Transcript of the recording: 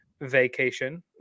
vacation